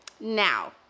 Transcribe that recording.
Now